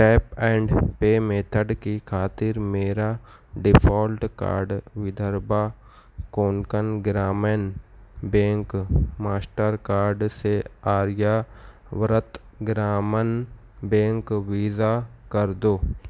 tape and pay method کی خاطر میرا default card Vidarbha Konkan Gramin bank master card سے Aryavart Gramin bank Visa کر دو